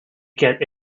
get